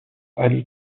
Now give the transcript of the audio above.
ali